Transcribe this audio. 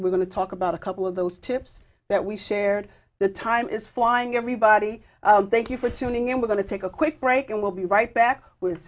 we're going to talk about a couple of those tips that we've shared the time is flying everybody thank you for tuning in we're going to take a quick break and we'll be right back with